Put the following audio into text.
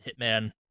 Hitman